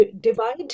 divide